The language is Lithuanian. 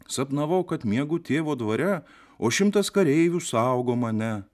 sapnavau kad miegu tėvo dvare o šimtas kareivių suaugo mane